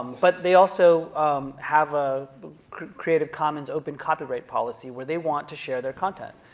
but they also have a creative commons, open copyright policy where they want to share their content.